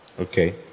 Okay